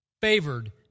Favored